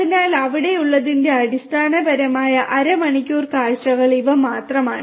അതിനാൽ അവിടെയുള്ളതിന്റെ അടിസ്ഥാനപരമായ അരമണിക്കൂർ കാഴ്ചകൾ ഇവ മാത്രമാണ്